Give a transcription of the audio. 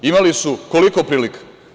Imali su koliko prilika?